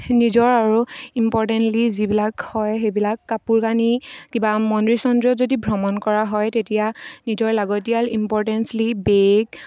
নিজৰ আৰু ইম্পৰ্টেণ্টলি যিবিলাক হয় সেইবিলাক কাপোৰ কানি কিবা মন্দিৰ চন্দিৰত যদি ভ্ৰমণ কৰা হয় তেতিয়া নিজৰ লাগতিয়াল ইম্পৰ্টেণ্টলি বেগ